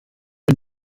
und